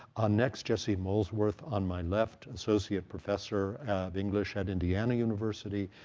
ah next, jesse molesworth, on my left, associate professor of english at indiana university,